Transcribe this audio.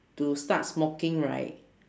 to start smoking right